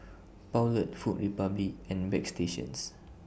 Poulet Food Republic and Bagstationz